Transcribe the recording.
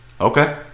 Okay